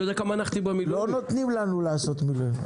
נכון, לא נותנים לנו לעשות מילואים.